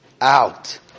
out